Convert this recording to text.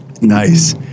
nice